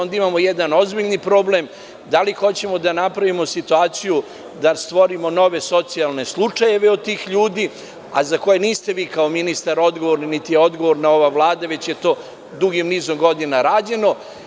Ovde imamo jedan ozbiljan problem, da li hoćemo da napravimo situaciju da stvorimo nove socijalne slučajeve od tih ljudi, a za koje niste vi kao ministar odgovorni, niti je odgovorna ova Vlada, već je to dugim nizom godina rađeno.